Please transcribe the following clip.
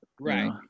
Right